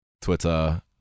Twitter